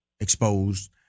exposed